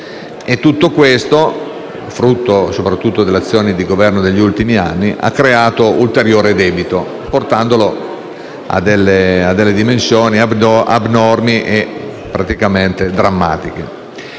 Tutto questo, frutto soprattutto dell'azione di governo degli ultimi anni, ha creato ulteriore debito, portandolo a delle dimensioni abnormi e praticamente drammatiche.